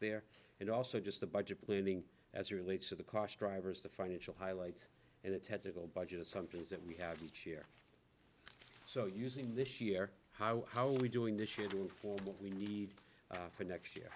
there and also just the budget planning as relates to the cost drivers the financial highlights and the technical budget assumptions that we have each year so using this year how how we doing this should do for what we need for next year